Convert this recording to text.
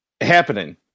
happening